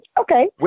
Okay